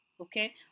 Okay